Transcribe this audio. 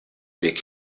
weg